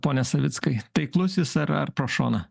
pone savickai taiklusis jis ar ar pro šoną